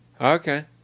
Okay